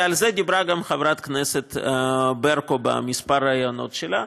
ועל זה דיברה גם חברת הכנסת ברקו בכמה ראיונות שלה.